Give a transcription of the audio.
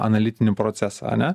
analitinį procesą ane